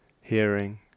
hearing